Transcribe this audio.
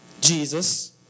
Jesus